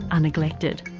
are neglected.